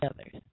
others